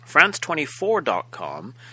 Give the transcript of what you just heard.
France24.com